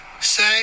say